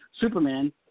Superman